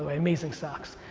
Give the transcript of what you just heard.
ah amazing socks.